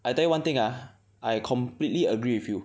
I tell you one thing ah I completely agree with you